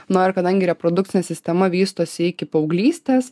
nu ir kadangi reprodukcinė sistema vystosi iki paauglystės